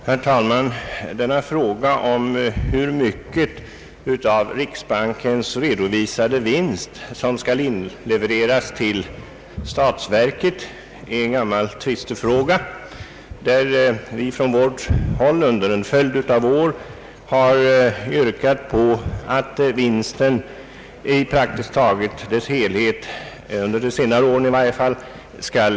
Herr talman! Hur stor del av riksbankens redovisade vinst som skall inlevereras till statsverket är en gammal tvistefråga. Vi har från vårt håll, i varje fall under de senare åren, yrkat på att vinsten praktiskt taget i sin helhet skulle inlevereras till statsverket.